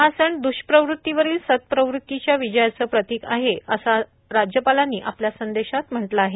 हा सण द्ष्प्रवृत्तीवरील सतप्रवृत्तीच्या विजयाचे प्रतीक आहे असं राज्यपालांनी आपल्या संदेशात म्हटलं आहे